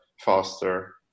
faster